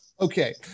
Okay